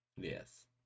Yes